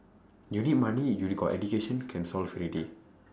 you need money you got education can solve already